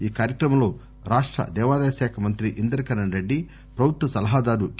ఈ కార్యక్రమంలో రాష్ట దేవాదాయ శాఖ మంత్రి ఇంద్రకరణ్ రెడ్డి ప్రభుత్వ సలహాదారు కే